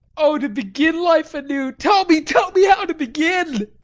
oh, to begin life anew! tell me, tell me how to begin.